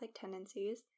tendencies